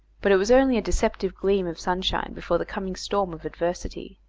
but it was only a deceptive gleam of sunshine before the coming storm of adversity.